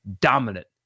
dominant